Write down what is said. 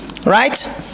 Right